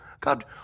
God